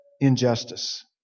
injustice